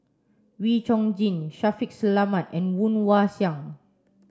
Wee Chong Jin Shaffiq Selamat and Woon Wah Siang